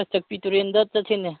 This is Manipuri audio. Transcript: ꯆꯥꯛꯄꯤ ꯇꯨꯔꯦꯟꯗ ꯆꯠꯁꯤꯅꯦ